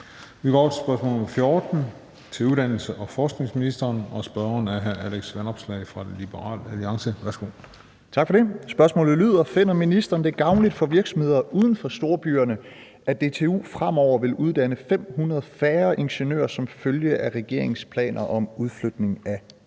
Vi går over til spørgsmål nr. 14 til uddannelses- og forskningsministeren. Og spørgeren er hr. Alex Vanopslagh fra Liberal Alliance. Kl. 16:25 Spm. nr. S 627 14) Til uddannelses- og forskningsministeren af: Alex Vanopslagh (LA): Finder ministeren det gavnligt for virksomheder uden for storbyerne, at DTU fremover vil uddanne 500 færre ingeniører som følge af regeringens planer om udflytning af